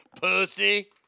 Pussy